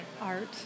art